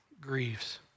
grieves